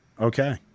Okay